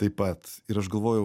taip pat ir aš galvojau